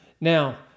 Now